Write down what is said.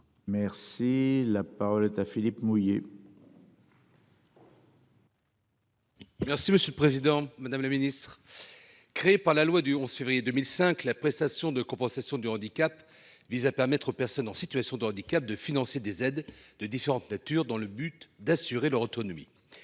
Merci la parole est à Philippe mouiller. Merci, monsieur le Président Madame la Ministre. Créé par la loi du 11 février 2005. La prestation de compensation du handicap, vise à permettre aux personnes en situation de handicap de financer des aides de différentes natures dans le but d'assurer leur autonomie.